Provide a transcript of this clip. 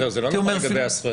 זה לא רק לגבי הזכויות.